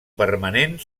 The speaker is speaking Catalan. permanent